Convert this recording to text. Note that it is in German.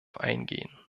eingehen